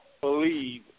believe